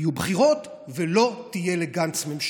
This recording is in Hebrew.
יהיו בחירות ולא תהיה לגנץ ממשלה.